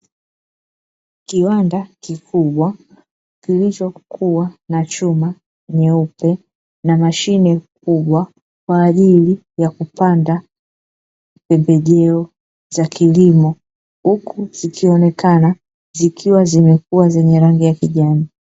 Kiwanda kikubwa kilichokuwa na chuma nyeupe na mashine kubwa kwa ajili ya kupanda pembejeo za kilimo, huku zikionekana zikiwa zimekuwa zenye rangi ya kijani.